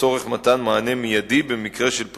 זאת לאחר שהצליחו,